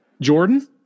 Jordan